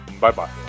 Bye-bye